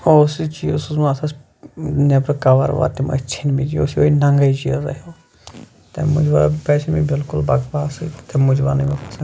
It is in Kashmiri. اوس یہِ چیٖز سوٗزمُت اَتھ ٲس نٮ۪برٕ کَوَر وَوَر تِم ٲسۍ ژھیٚنمٕتۍ یہِ اوس یوٚہَے ننٛگَے چیٖزاہ ہیٚوٗ تَمہِ موٗجوٗب پزِ نہٕ مےٚ بلکل بکواسٕے تَمہِ موٗجوٗب آو نہٕ مےٚ یہِ پَسنٛد کِہیٖنۍ